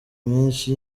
myinshi